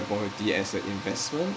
property as a investment